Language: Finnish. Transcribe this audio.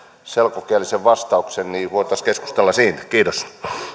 selkokielisen vastauksen niin voitaisiin keskustella siitä kiitos